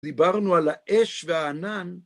דיברנו על האש והענן.